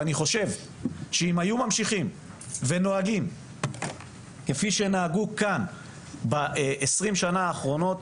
אני חושב שאם היו ממשיכים ונוהגים כפי שנהגו כאן בעשרים השנים האחרונות,